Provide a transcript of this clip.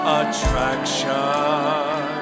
attraction